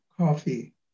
coffee